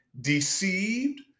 deceived